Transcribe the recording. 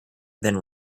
than